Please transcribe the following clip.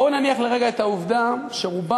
בואו נניח לרגע את העובדה שרובם